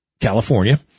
California